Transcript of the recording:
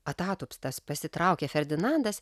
atatupstas pasitraukė ferdinandas